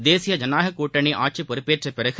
தேசிய ஜனநாயகக் கூட்டணி ஆட்சி பொறுப்பேற்ற பிறகு